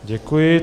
Děkuji.